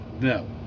No